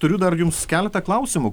turiu dar jums keletą klausimų